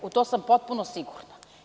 U to sam potpuno sigurna.